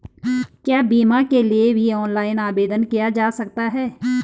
क्या बीमा के लिए भी ऑनलाइन आवेदन किया जा सकता है?